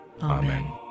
Amen